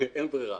לפעמים אין ברירה.